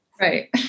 Right